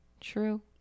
True